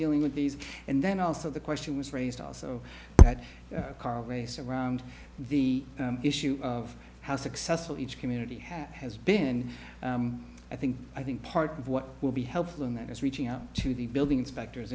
dealing with these and then also the question was raised also that car race around the issue of how successful each community has has been i think i think part of what will be helpful in that is reaching out to the building inspectors